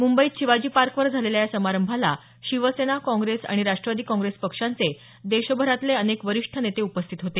मुंबईत शिवाजी पार्कवर झालेल्या या समारंभाला शिवसेना काँग्रेस आणि राष्टवादी काँग्रेस पक्षांचे देशभरातले अनेक वरिष्ठ नेते उपस्थित होते